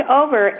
over